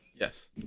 Yes